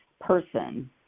person